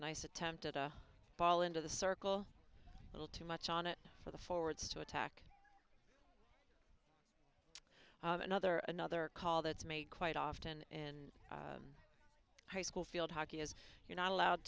nice attempt at a ball into the circle little too much on it for the forwards to attack another another call that's made quite often in high school field hockey is you're not allowed